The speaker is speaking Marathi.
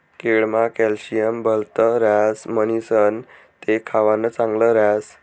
केळमा कॅल्शियम भलत ह्रास म्हणीसण ते खावानं चांगल ह्रास